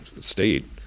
state